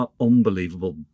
unbelievable